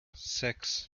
six